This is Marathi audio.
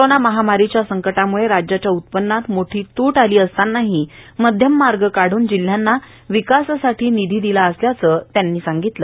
कोरोना महामारीच्या संकटाम्ळे राज्याच्या उत्पन्नात मोठी तूट आली असतानाही मध्यममार्ग काढून जिल्ह्यांना विकासासाठी निधी दिला असल्याचं ते म्हणाले